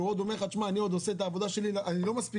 קשור אלי אישית, זה לא קשור לאף אחד אישית.